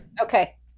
Okay